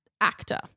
actor